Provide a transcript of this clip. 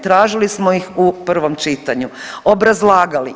Tražili smo ih u prvom čitanju, obrazlagali.